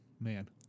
Man